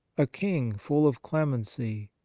a king full of clemency,